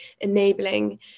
enabling